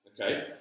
Okay